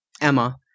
Emma